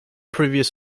previous